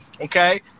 Okay